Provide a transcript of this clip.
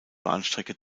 bahnstrecke